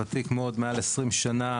ותיק מאוד מעל 20 שנה,